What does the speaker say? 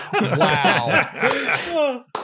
wow